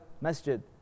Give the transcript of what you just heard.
Masjid